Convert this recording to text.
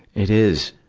it is.